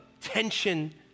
tension